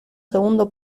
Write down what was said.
segundo